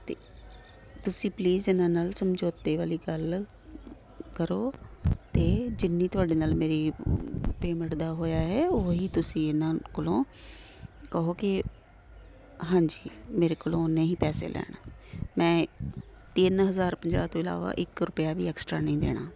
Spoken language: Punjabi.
ਅਤੇ ਤੁਸੀਂ ਪਲੀਜ਼ ਇਹਨਾਂ ਨਾਲ ਸਮਝੌਤੇ ਵਾਲੀ ਗੱਲ ਕਰੋ ਅਤੇ ਜਿੰਨੀ ਤੁਹਾਡੇ ਨਾਲ ਮੇਰੀ ਪੇਮੈਂਟ ਦਾ ਹੋਇਆ ਹੈ ਉਹੀ ਤੁਸੀਂ ਇਹਨਾਂ ਕੋਲੋਂ ਕਹੋ ਕਿ ਹਾਂਜੀ ਮੇਰੇ ਕੋਲ ਉਨੇ ਹੀ ਪੈਸੇ ਲੈਣ ਮੈਂ ਤਿੰਨ ਹਜ਼ਾਰ ਪੰਜਾਹ ਤੋਂ ਇਲਾਵਾ ਇਕ ਰੁਪਿਆ ਵੀ ਐਕਸਟ੍ਰਾ ਨਹੀਂ ਦੇਣਾ